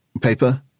paper